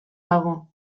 dago